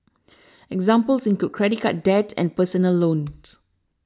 examples include credit card debt and personal loans